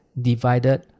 divided